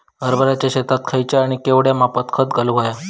हरभराच्या शेतात खयचा आणि केवढया मापात खत घालुक व्हया?